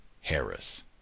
Harris